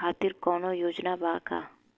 खातिर कौनो योजना बा का?